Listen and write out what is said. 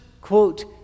quote